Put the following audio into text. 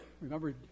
Remember